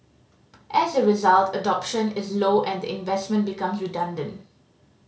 as a result adoption is low and the investment becomes redundant